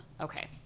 Okay